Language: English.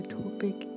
topic